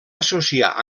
associar